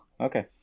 Okay